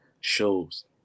shows